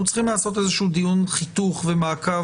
אנחנו צריכים לעשות איזשהו דיון חיתוך ומעקב